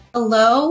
Hello